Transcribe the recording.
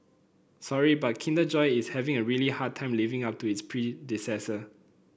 sorry but Kinder Joy is having a really hard time living up to its predecessor